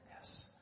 Yes